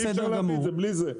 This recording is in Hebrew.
שאי אפשר להביא את זה בלי זה.